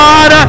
God